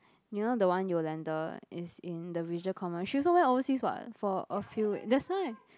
you know the one you landed is in the visual comma she also went overseas [what] for a few week that's why